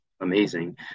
amazing